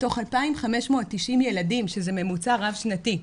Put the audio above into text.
מתוך 2,590 ילדים שזה ממוצע רב שנתי,